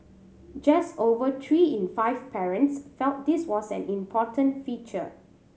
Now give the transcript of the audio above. just over three in five parents felt this was an important feature